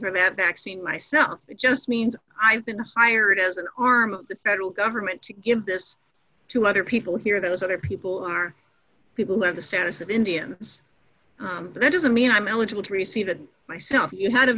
for that maxine myself it just means i've been hired as an arm of the federal government to give this to other people here those other people are people of the status of indians but it doesn't mean i'm eligible to receive it myself you had a